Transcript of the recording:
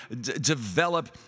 develop